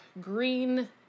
green